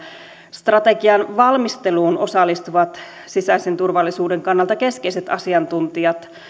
strategian valmisteluun osallistuvat sisäisen turvallisuuden kannalta keskeiset asiantuntijat